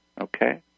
Okay